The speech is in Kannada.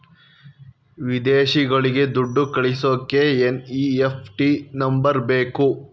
ವಿದೇಶಗಳಿಗೆ ದುಡ್ಡು ಕಳಿಸೋಕೆ ಎನ್.ಇ.ಎಫ್.ಟಿ ನಂಬರ್ ಬೇಕು